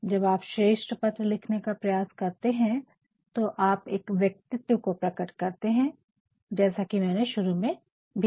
जब आप श्रेष्ट पत्र लिखने का प्रयास करते है तो आप एक व्यक्तित्व को प्रकट करते है जैसा की मैंने शुरू में भी कहा